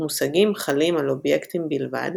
מושגים חלים על אובייקטים בלבד,